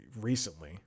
recently